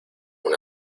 una